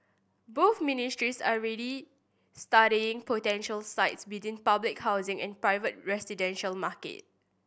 both ministries are already studying potential sites within public housing and the private residential market